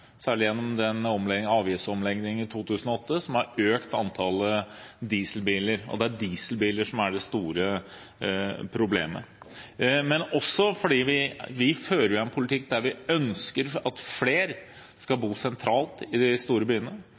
særlig gjennom avgiftsomleggingen i 2008 som økte antallet dieselbiler, og det er dieselbiler som er det store problemet – men også fordi vi fører en politikk der vi ønsker at flere skal bo sentralt i de store byene,